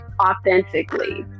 authentically